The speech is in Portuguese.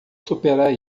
superar